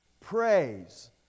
praise